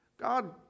God